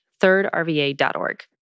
thirdrva.org